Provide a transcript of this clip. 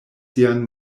sian